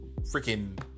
freaking